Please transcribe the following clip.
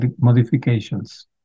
modifications